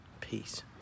Peace